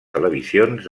televisions